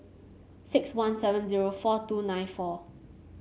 six one seven zero four two nine four